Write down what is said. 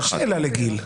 זו לא שאלה לגיל.